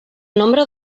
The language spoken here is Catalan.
nombre